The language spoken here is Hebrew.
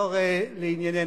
ונחזור לענייננו.